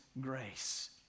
grace